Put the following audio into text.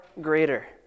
greater